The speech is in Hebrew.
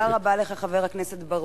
תודה רבה, תודה רבה לך, חבר הכנסת בר-און.